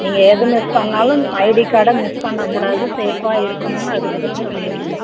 நீங்கள் எது மிஸ் பண்ணாலும் ஐடி கார்ட்டை மிஸ் பண்ணக்கூடாது சேஃப்பாக இருக்கனுன்னு அதுக்கு தான் சொல்லிட்டுருக்கோம்